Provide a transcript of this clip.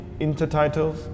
intertitles